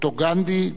אותו גנדי,